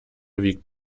wiegt